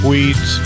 Weeds